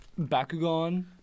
Bakugan